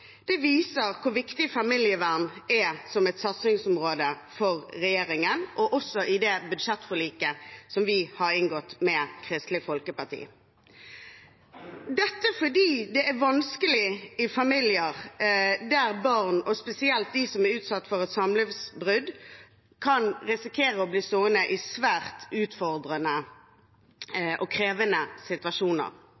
kr viser hvor viktig familievernet er som satsingsområde for regjeringen, og hvor viktig det er i budsjettforliket vi har inngått med Kristelig Folkeparti. Det er fordi det er vanskelig i familier der barn, spesielt de som er utsatt for et samlivsbrudd, kan risikere å bli stående i svært utfordrende